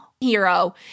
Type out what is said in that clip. hero